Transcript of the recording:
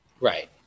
Right